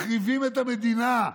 מחריבים את המדינה.